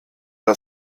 der